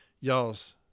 y'all's